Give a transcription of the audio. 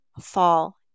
fall